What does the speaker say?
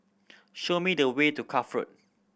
show me the way to Cuff Road